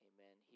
Amen